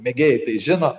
mėgėjai tai žino